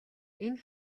энэ